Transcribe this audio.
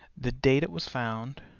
the date it was found,